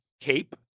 cape